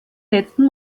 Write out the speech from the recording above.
letzten